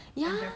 ya